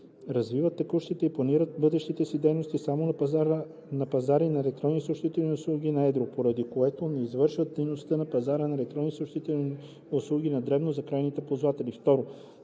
развиват текущите и планират бъдещите си дейности само на пазари на електронни съобщителни услуги на едро, поради което не извършват дейност на пазари на електронни съобщителни услуги на дребно за крайни ползватели;